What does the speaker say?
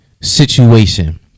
situation